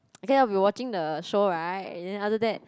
then I'll be watching the show right and then after that